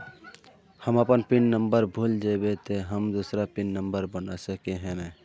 हम अपन pin number भूल जयबे ते हम दूसरा पिन नंबर बना सके है नय?